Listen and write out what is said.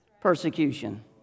persecution